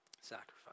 sacrifice